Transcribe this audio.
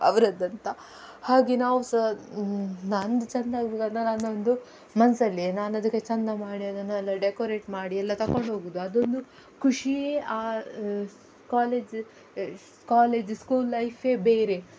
ಅವ್ರದ್ದಂತ ಹಾಗೆ ನಾವು ಸಹ ನಂದು ಚೆಂದ ಆಗ್ಬೇಕಂತ ನಾನೊಂದು ಮನಸ್ಸಲ್ಲಿಯೆ ನಾನದಕ್ಕೆ ಚೆಂದ ಮಾಡಿ ಅದನ್ನು ಎಲ್ಲ ಡೆಕೊರೇಟ್ ಮಾಡಿ ಎಲ್ಲ ತಗೊಂಡು ಹೋಗೋದು ಅದೊಂದು ಖುಷಿಯೇ ಕಾಲೇಜ್ ಕಾಲೇಜ್ ಸ್ಕೂಲ್ ಲೈಫೇ ಬೇರೆ